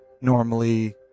normally